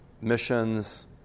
missions